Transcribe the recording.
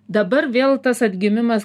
dabar vėl tas atgimimas